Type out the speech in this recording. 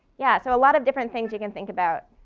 yeah, so a lot of different things you can think about.